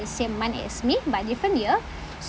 the same month as me but different year